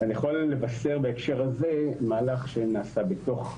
אני יכול לבשר בהקשר הזה מהלך שנעשה בתוך שיבא,